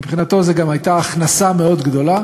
מבחינתו זו גם הייתה הכנסה מאוד גדולה.